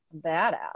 badass